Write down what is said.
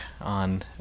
on